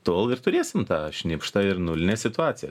tol ir turėsim tą šnipštą ir nulinę situaciją